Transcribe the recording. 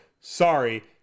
sorry